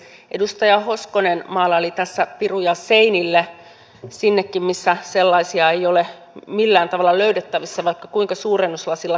edustaja hoskonen maalaili tässä piruja seinille sinnekin missä sellaisia ei ole millään tavalla löydettävissä vaikka kuinka suurennuslasilla katsoisi